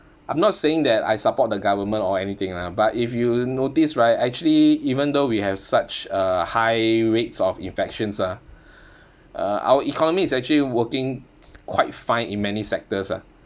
I'm not saying that I support the government or anything lah but if you notice right actually even though we have such a high rates of infections ah uh our economy is actually working quite fine in many sectors ah